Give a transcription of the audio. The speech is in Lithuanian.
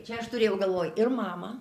čia aš turėjau galvoj ir mamą